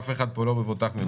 אף אחד פה לא מבוטח מזה.